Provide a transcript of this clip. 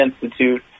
Institute